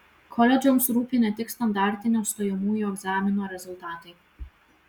koledžams rūpi ne tik standartinio stojamųjų egzamino rezultatai